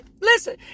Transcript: listen